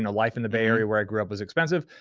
and life in the bay area where i grew up was expensive.